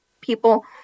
people